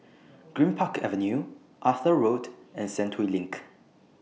Greenpark Avenue Arthur Road and Sentul LINK